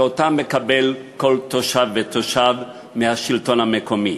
שאותם מקבל כל תושב ותושב מהשלטון המקומי,